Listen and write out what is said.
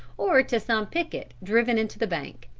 or to some picket driven into the bank.